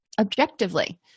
objectively